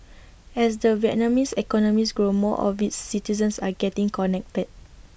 as the Vietnamese economies grows more of its citizens are getting connected